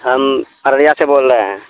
ہم عریا سے بول رہے ہیں